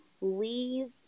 leave